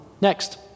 Next